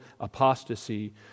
apostasy